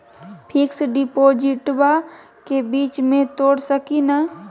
Fix डिपोजिटबा के बीच में तोड़ सकी ना?